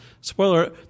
spoiler